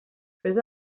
fes